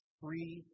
three